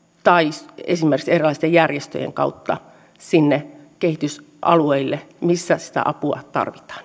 tai esimerkiksi erilaisten järjestöjen kautta sinne kehitysalueille missä sitä apua tarvitaan